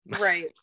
Right